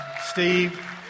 Steve